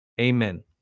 Amen